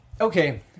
Okay